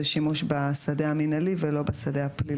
שימוש בשדה המינהלי ולא בשדה הפלילי?